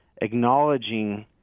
acknowledging